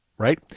Right